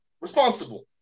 Responsible